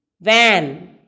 Van